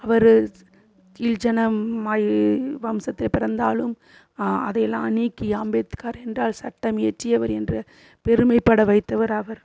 அவர் கீழ் ஜனம் மாதிரி வம்சத்திலே பிறந்தாலும் அதை எல்லாம் நீக்கி அம்பேத்கார் என்றால் சட்டம் இயற்றியவர் என்ற பெருமைப்பட வைத்தவர் அவர்